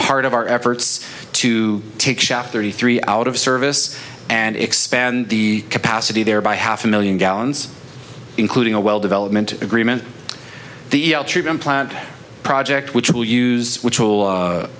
part of our efforts to take shaft thirty three out of service and expand the capacity there by half a million gallons including a well development agreement the plant project which will use which will